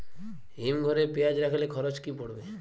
হিম ঘরে পেঁয়াজ রাখলে খরচ কি পড়বে?